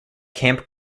camp